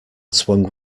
swung